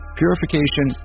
purification